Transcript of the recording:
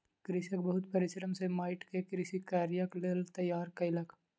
कृषक बहुत परिश्रम सॅ माइट के कृषि कार्यक लेल तैयार केलक